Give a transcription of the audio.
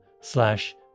slash